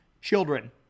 children